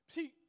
See